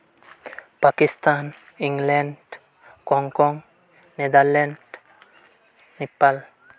Pakistan England Hong Kong Netherland Nepal